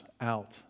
out